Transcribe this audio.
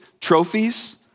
trophies